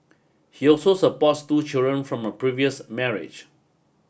he also supports two children from a previous marriage